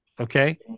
Okay